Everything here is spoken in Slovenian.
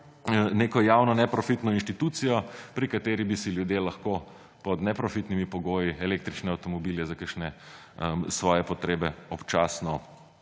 neko javno neprofitno inštitucijo, pri kateri bi si ljudje lahko pod neprofitnimi pogoji električne avtomobile za kakšne svoje potrebe občasno